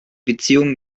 beziehung